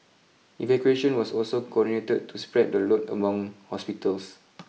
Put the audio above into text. evacuation was also coordinated to spread the load among hospitals